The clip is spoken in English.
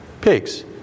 pigs